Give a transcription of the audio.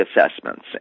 assessments